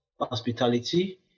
hospitality